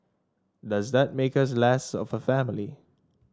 does that make us less of a family